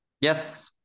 Yes